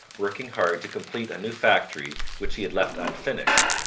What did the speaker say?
working hard to complete a new factory which he had left unfinished,